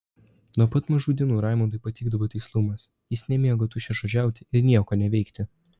nuo pat mažų dienų raimundui patikdavo tikslumas jis nemėgo tuščiažodžiauti ir nieko neveikti